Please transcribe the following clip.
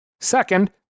Second